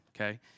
okay